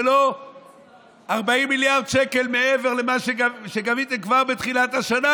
ולא 40 מיליארד שקל מעבר למה שגביתם כבר בתחילת השנה,